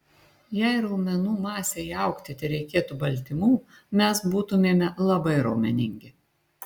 jei raumenų masei augti tereikėtų baltymų mes būtumėme labai raumeningi